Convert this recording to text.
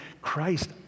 Christ